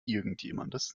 irgendjemandes